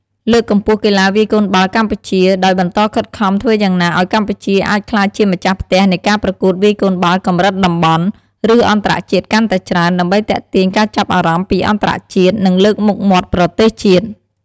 លើកកម្ពស់កីឡាវាយកូនបាល់កម្ពុជា ដោយបន្តខិតខំធ្វើយ៉ាងណាឱ្យកម្ពុជាអាចក្លាយជាម្ចាស់ផ្ទះនៃការប្រកួតវាយកូនបាល់កម្រិតតំបន់ ឬអន្តរជាតិកាន់តែច្រើន ដើម្បីទាក់ទាញការចាប់អារម្មណ៍ពីអន្តរជាតិ និងលើកមុខមាត់ប្រទេសជាតិ។